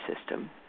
system